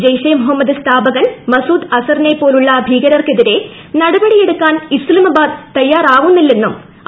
ജെയ്ഷെ മുഹമ്മദ് സ്ഥാപകൻ മസൂദ് അസറിനെപ്പോലുളള ഭീകരർക്കെതിരെ നടപടി എടുക്കാൻ ഇസ്താമാബാദ് തയ്യാറാവുന്നില്ലെന്നും യു